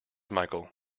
michael